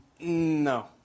No